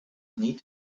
niet